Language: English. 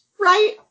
right